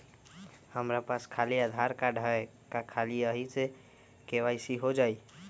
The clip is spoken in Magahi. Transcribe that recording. हमरा पास खाली आधार कार्ड है, का ख़ाली यही से के.वाई.सी हो जाइ?